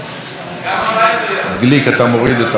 גליק, אתה מוריד את 14, נכון?